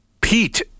Pete